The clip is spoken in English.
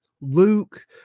Luke